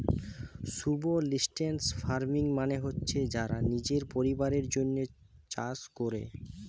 subsistence farming মানে হচ্ছে যারা নিজের পরিবারের জন্যে চাষ কোরে